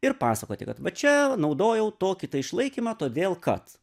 ir pasakoti kad va čia naudojau tokį išlaikymą todėl kad